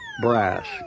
brass